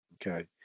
Okay